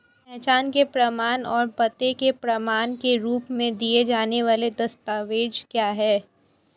पहचान के प्रमाण और पते के प्रमाण के रूप में दिए जाने वाले दस्तावेज क्या हैं?